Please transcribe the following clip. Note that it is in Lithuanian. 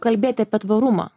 kalbėti apie tvarumą